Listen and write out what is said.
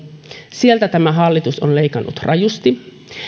sieltä tämä hallitus on leikannut rajusti nyt